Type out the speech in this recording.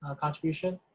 ah contribution.